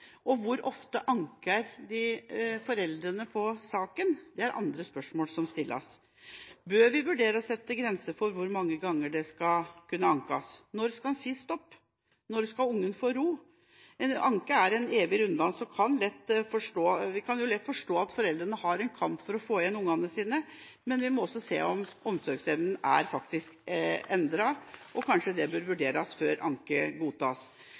igjen, hvor tett skal den biologiske kontakten være, og hvor ofte anker foreldrene i saken, er andre spørsmål som stilles. Bør vi vurdere å sette grenser for hvor mange ganger det skal kunne ankes? Når skal en si stopp? Når skal ungen få ro? En anke er en evig runddans. Vi kan lett forstå at foreldrene har en kamp for å få igjen ungene sine, men vi må også se om omsorgsevnen faktisk er endret. Kanskje det bør vurderes før anke godtas.